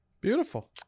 Beautiful